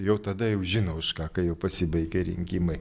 jau tada jau žino už ką kai jau pasibaigė rinkimai